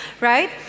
right